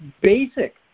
basic